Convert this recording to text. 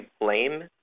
blame